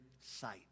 sight